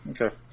Okay